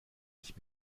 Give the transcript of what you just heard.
ich